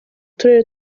turere